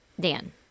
dan